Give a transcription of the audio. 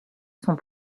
sont